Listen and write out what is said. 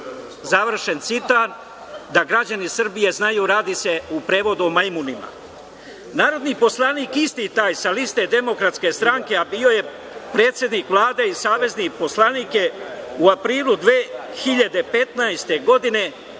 završen citat. Da građani Srbije znaju - radi se u prevodu o majmunima. Narodni poslanik, isti taj sa liste DS, a bio je predsednik Vlade i savezni poslanik je u aprilu 2015. godine